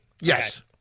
Yes